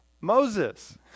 Moses